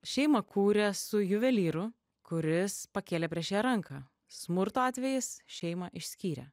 šeimą kūrė su juvelyru kuris pakėlė prieš ją ranką smurto atvejis šeimą išskyrė